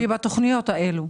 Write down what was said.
בתכניות האלו?